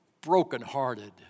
brokenhearted